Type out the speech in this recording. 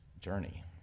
journey